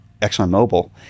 ExxonMobil